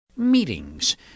Meetings